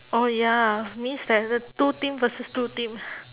oh ya means that the two team versus two team